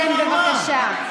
באמת, אני לא מבין את הדבר הזה.